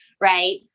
right